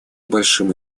большим